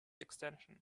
extension